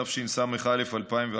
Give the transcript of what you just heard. התשס"א 2001,